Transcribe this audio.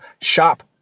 shop